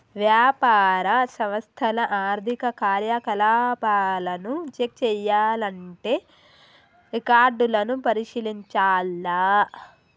వ్యాపార సంస్థల ఆర్థిక కార్యకలాపాలను చెక్ చేయాల్లంటే రికార్డులను పరిశీలించాల్ల